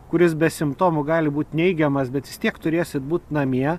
kuris be simptomų gali būt neigiamas bet vis tiek turėsit būt namie